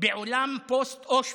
בעולם פוסט אושוויץ,